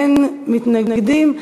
אין מתנגדים.